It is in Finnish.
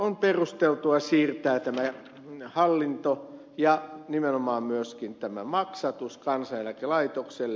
on perusteltua siirtää tämä hallinto ja nimenomaan myöskin tämä maksatus kansaneläkelaitokselle